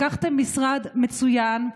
לקחתם משרד מצוין,